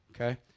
okay